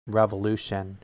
revolution